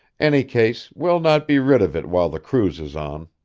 any case, we'll not be rid of it while the cruise is on.